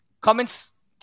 Comments